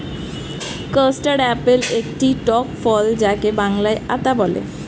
custard apple একটি টক ফল যাকে বাংলায় আতা বলে